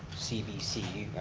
cbc,